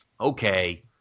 okay